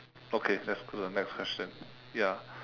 okay let's go to the next question ya